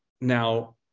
now